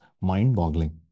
mind-boggling